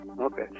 Okay